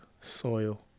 soil